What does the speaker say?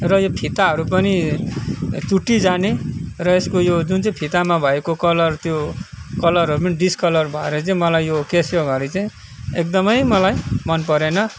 र यो फिताहरू पनि चुट्टी जाने र यसको यो जुन चाहिँ फितामा भएको कलर त्यो कलरहरू पनि डिसकलर भएर चाहिँ मलाई यो केसियो घडी चाहिँ एकदमै मलाई मन परेन